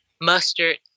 mustard